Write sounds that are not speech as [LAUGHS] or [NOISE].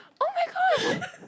oh my god [LAUGHS]